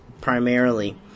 primarily